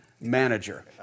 manager